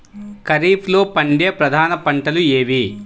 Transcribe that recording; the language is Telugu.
ఖరీఫ్లో పండే ప్రధాన పంటలు ఏవి?